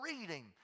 reading